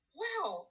wow